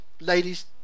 Ladies